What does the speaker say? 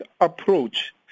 approach